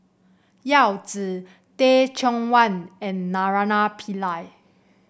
Yao Zi Teh Cheang Wan and Naraina Pillai